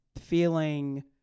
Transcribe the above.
feeling